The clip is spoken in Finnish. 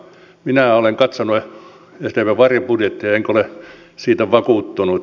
minä olen katsonut sdpn varjobudjettia enkä ole siitä vakuuttunut